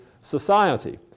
society